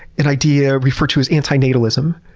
and idea referred to as anti-natalism.